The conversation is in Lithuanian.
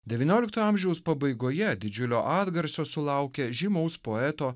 devynioliktojo amžiaus pabaigoje didžiulio atgarsio sulaukė žymaus poeto